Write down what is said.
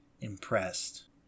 impressed